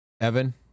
Evan